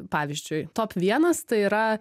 pavyzdžiui top vienas tai yra